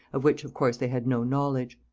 of which of course they had no knowledge.